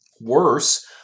Worse